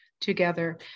together